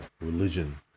religion